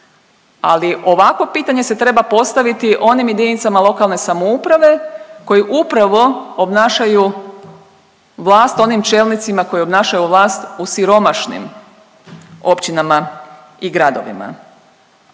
Ali ovako pitanje se treba postaviti onim JLS koje upravo obnašaju vlast, onim čelnicima koji obnašaju vlast u siromašnim općinama i gradovima.